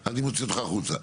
אני מוציא אותך החוצה.